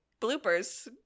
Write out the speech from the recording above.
bloopers